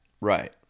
Right